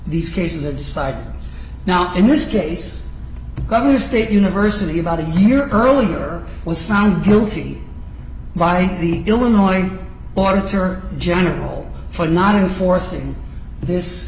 these cases that decide now in this case governor state university about a year earlier was found guilty by the illinois boards or general for not enforcing this